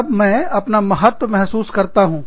तब मैं अपना महत्व महसूस करता हूँ